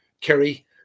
Kerry